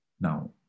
Now